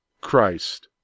Christ